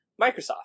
Microsoft